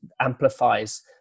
amplifies